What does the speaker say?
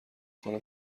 کنم